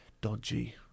dodgy